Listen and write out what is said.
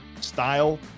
style